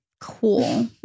Cool